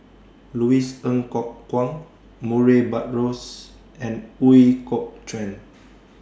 Louis Ng Kok Kwang Murray Buttrose and Ooi Kok Chuen